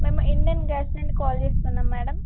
మేము ఇండేన్ గ్యాస్ నుండి కాల్ చేస్తున్నాం మేడం